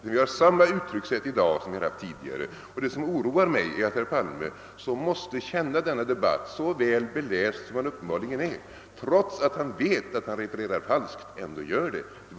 Vi använder samma uttryckssätt i dag som vi har gjort tidigare. Det som oroar mig är att herr Palme — som måste känna till denna debatt, så väl beläst som han uppenbarligen är — trots att han vet att han refererar falskt, ändå gör detta.